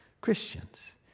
Christians